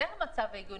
זה המצב הארגוני.